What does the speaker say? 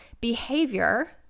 behavior